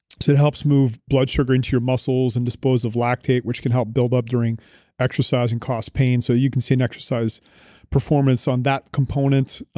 it helps move blood sugar into your muscles and dispose of lactate which can help build up during exercise and cause pain, so you can see an exercise performance on that component.